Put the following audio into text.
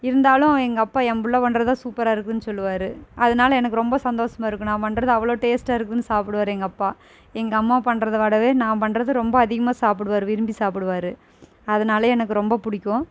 இருந்தாலும் எங்கள் அப்பா என் பிள்ள பண்ணுறது தான் சூப்பராக இருக்குன்னு சொல்லுவாரு அதனால எனக்கு ரொம்ப சந்தோஷமா இருக்கும் நான் பண்ணுறது அவ்வளோ டேஸ்ட்டாக இருக்குதுன் சாப்பிடுவாரு எங்கள் அப்பா எங்கம்மா பண்றதுவோடவே நான் பண்ணுறது ரொம்ப அதிகமாக சாப்பிடுவாரு விரும்பி சாப்பிடுவாரு அதனாலையே எனக்கு ரொம்ப பிடிக்கும்